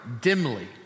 dimly